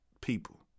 people